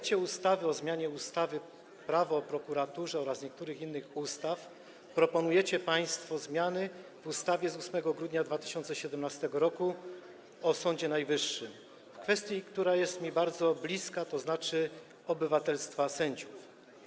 projekcie ustawy o zmianie ustawy Prawo o prokuraturze oraz niektórych innych ustaw proponujecie państwo zmiany w ustawie z 8 grudnia 2017 r. o Sądzie Najwyższym w kwestii, która jest mi bardzo bliska, to znaczy obywatelstwa sędziów.